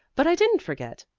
but i didn't forget.